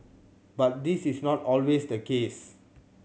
but this is not always the case